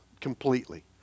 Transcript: completely